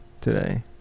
today